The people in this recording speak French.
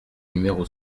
numéro